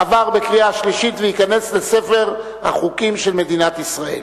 עבר בקריאה שלישית וייכנס לספר החוקים של מדינת ישראל.